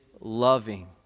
loving